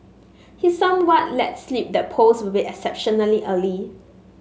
he somewhat let slip that polls will be exceptionally early